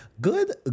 Good